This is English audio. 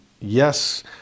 yes